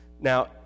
Now